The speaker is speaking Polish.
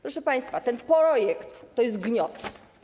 Proszę państwa, ten projekt to jest gniot.